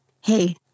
Hey